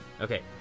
Okay